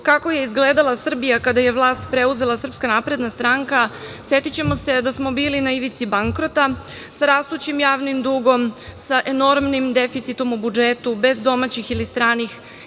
kako je izgledala Srbija kada je vlast preuzela Srpska napredna stranka setićemo se da smo bili na ivici bankrota sa rastućim javnim dugom, sa enormnim deficitom u budžetu, bez domaćih ili stranih